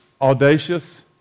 audacious